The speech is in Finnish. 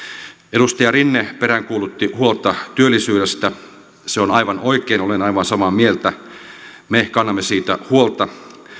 edustaja rinne peräänkuulutti huolta työllisyydestä se on aivan oikein olen aivan samaa mieltä me kannamme siitä huolta